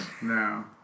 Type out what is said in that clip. No